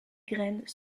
graines